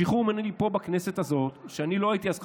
שחרור מינהלי פה, בכנסת הזאת, אז,